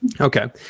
Okay